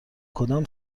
کدام